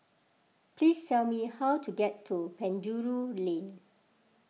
please tell me how to get to Penjuru Lane